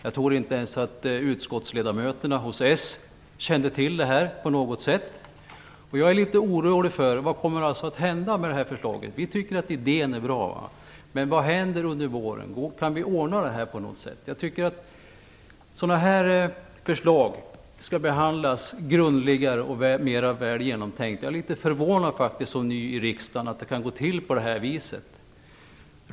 Jag tror inte ens att socialdemokraternas utskottsledamöter kände till detta på något sätt. Jag är litet orolig för vad som kommer att hända med det här förslaget. Vi tycker att idén är bra, men vad händer under våren? Kan vi ordna det här på något sätt? Jag tycker att sådana här förslag skall behandlas grundligare och vara väl genomtänkta. Jag är faktiskt, som ny i riksdagen, litet förvånad över att det kan gå till på det här viset.